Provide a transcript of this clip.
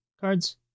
cards